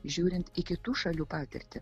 žiūrint į kitų šalių patirtį